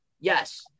Yes